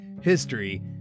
history